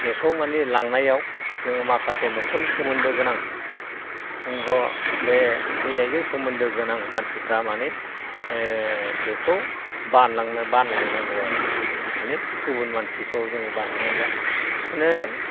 बेखौ माने लांनायाव जोङो माखासे न'खरनि सोमोन्दो गोनां गाव बे थैनायजों सोमोन्दो गोनां मानसिफ्रा माने बेखौ बानलांनांगौ आरो माने गुबुन मानसिखौ बानहोनाय जाया माने